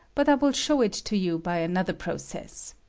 but i will show it to you by another process.